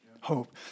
Hope